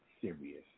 serious